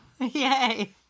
yay